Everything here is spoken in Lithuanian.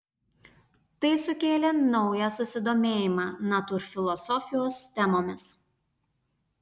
tai sukėlė naują susidomėjimą natūrfilosofijos temomis